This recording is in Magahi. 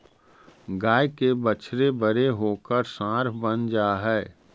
गाय के बछड़े बड़े होकर साँड बन जा हई